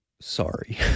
Sorry